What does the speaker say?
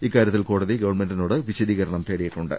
ഇക്കാ രൃത്തിൽ കോടതി ഗവൺമെന്റിനോട് വിശദീകരണം തേടിയിട്ടു ണ്ട്